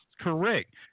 correct